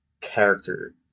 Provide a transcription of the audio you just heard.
character